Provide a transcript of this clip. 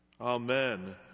amen